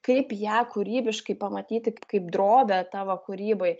kaip ją kūrybiškai pamatyti kaip drobę tavo kūrybai